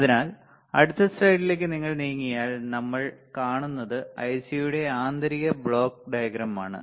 അതിനാൽ അടുത്ത സ്ലൈഡിലേക്ക് ഞാൻ നീങ്ങിയാൽ നമ്മൾ കാണുന്നത് ഐസിയുടെ ആന്തരിക ബ്ലോക്ക് ഡയഗ്രം ആണ്